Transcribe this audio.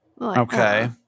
Okay